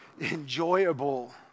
enjoyable